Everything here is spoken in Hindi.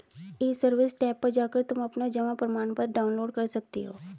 ई सर्विस टैब पर जाकर तुम अपना जमा प्रमाणपत्र डाउनलोड कर सकती हो